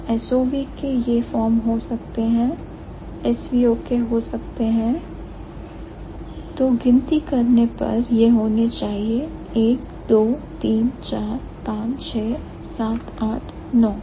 तो SOV के यह फॉर्म हो सकते हैं SVO के हो सकते हैं तो गिनती करने के बाद यह होने चाहिए 1 2 3 4 5 6 7 8 9